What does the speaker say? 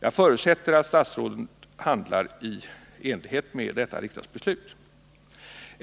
Jag förutsätter att statsrådet handlar i enlighet med detta riksdagsbeslut.